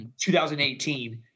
2018